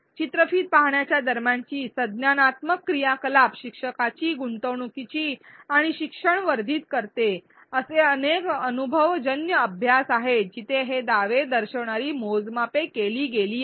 चित्रफित पाहण्याच्या दरम्यानची संज्ञानात्मक क्रियाकलाप शिक्षकाची गुंतवणूकी आणि शिक्षण वर्धित करते असे अनेक अनुभवजन्य अभ्यास आहेत जिथे हे दावे दर्शविणारी मोजमापे केली गेली आहेत